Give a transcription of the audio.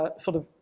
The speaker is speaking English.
ah sort of